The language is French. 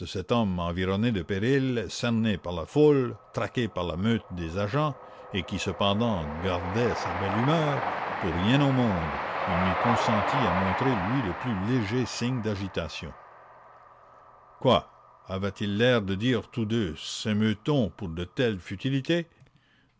cet homme environné de périls cerné par la foule traqué par la meute des agents et qui cependant gardait sa belle humeur pour rien au monde il n'eût consenti à montrer lui le plus léger signe d'agitation quoi avaient-ils l'air de dire tous deux sémeut on pour de telles futilités